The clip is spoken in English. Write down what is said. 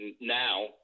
Now